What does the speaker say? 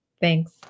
Thanks